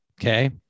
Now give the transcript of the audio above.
Okay